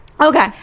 Okay